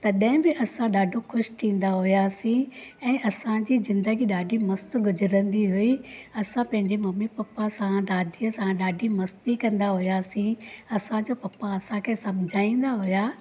तॾहिं बि असां ॾाढो ख़ुशि थींदा हुआसीं ऐं असांजी ज़िंदगी ॾाढी मस्त गुज़रंदी हुई असां पंहिंजे ममी पपा सां दादीअ सां ॾाढी मस्ती कंदा हुआसीं असांजो पपा असांखे सम्झाईंदा हुआ